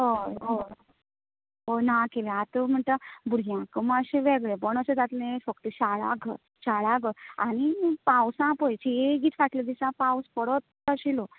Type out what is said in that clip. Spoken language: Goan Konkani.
हय हय ना कितें आतां म्हणता भुरग्यांकूय माशे वेगळेपण अशें जातले फक्त शाळा घर शाळा घर आनी पावसा पळय डेली फाटल्या दिसा पावस पडत आशिल्लो